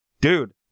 Dude